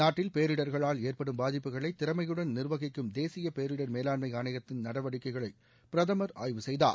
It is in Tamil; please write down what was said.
நாட்டில் பேரிடர்களால் ஏற்படும் பாதிப்புகளை திறமையுடன் நிர்வகிக்கும் தேசிய பேரிடர் மேலாண்மை ஆணையத்தின் நடவடிக்கைகளை பிரதமர் ஆய்வு செய்தார்